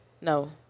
No